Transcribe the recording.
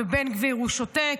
בן גביר שותק.